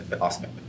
Awesome